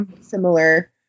Similar